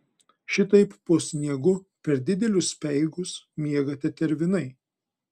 šitaip po sniegu per didelius speigus miega tetervinai